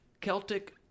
Celtic